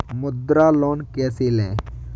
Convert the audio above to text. मुद्रा लोन कैसे ले?